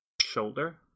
shoulder